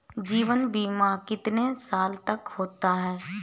जीवन बीमा कितने साल तक का होता है?